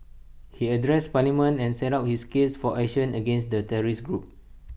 he addressed parliament and set out his case for action against the terrorist group